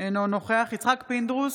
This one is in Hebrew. אינו נוכח יצחק פינדרוס,